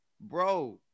Bro